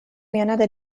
menade